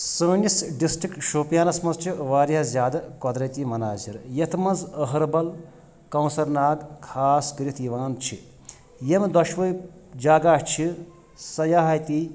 سٲنِس ڈِسٹرک شوپیانَس منٛز چھِ واریاہ زیادٕ قۄدرٔتی مناظر یتھ منٛز أہربل کونٛسر ناگ خاص کٔرِتھ یِوان چھِ یِمہٕ دۄشوٕے جگہ چھِ سیاحتی